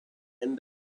end